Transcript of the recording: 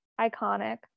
iconic